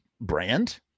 brand